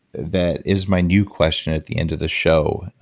that is my new question at the end of the show,